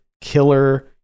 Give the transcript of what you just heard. killer